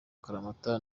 akaramata